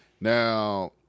Now